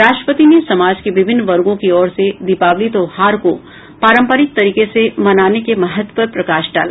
राष्ट्रपति ने समाज के विभिन्न वर्गों की ओर से दीपावली त्यौहार को पारम्परिक तरीके से मनाने के महत्व पर प्रकाश डाला